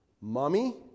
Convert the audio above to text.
mommy